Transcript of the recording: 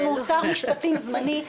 יש לנו שר משפטים זמני,